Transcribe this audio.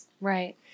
Right